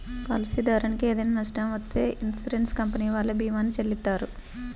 పాలసీదారునికి ఏదైనా నష్టం వత్తే ఇన్సూరెన్స్ కంపెనీ వాళ్ళు భీమాని చెల్లిత్తారు